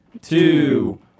two